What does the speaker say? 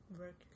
work